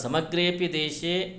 समग्रे अपि देशे